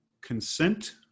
consent